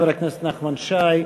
חבר הכנסת נחמן שי,